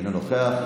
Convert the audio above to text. אינו נוכח,